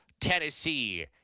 Tennessee